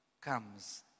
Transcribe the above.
comes